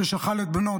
ששכל את בנו,